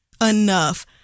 enough